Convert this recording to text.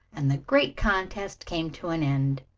and the great contest came to an end.